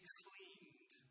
cleaned